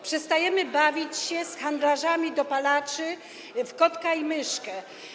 Przestajemy bawić się z handlarzami dopalaczy w kotka i myszkę.